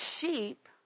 sheep